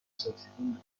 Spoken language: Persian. ساکسیفون